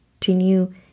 continue